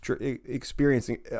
experiencing